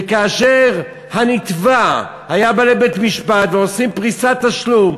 וכאשר הנתבע היה בא לבית-משפט ועושים פריסת תשלום,